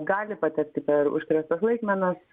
gali patekti per užkrėstas laikmenas